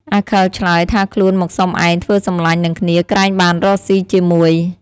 អាខិលឆ្លើយ ថាខ្លួនមកសុំឯងធ្វើសំឡាញ់នឹងគ្នាក្រែងបានរកស៊ីជាមួយ។